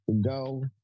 go